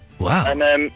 Wow